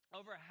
over